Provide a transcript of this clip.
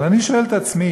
אבל אני שואל את עצמי,